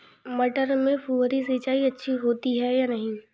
मटर में फुहरी सिंचाई अच्छी होती है या नहीं?